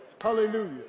Hallelujah